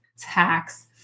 tax